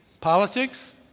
politics